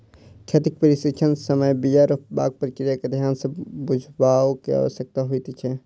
खेतीक प्रशिक्षणक समय बीया रोपबाक प्रक्रिया के ध्यान सँ बुझबअ के आवश्यकता होइत छै